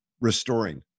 restoring